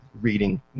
reading